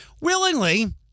willingly